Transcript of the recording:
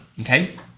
okay